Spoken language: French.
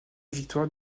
victoire